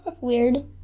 Weird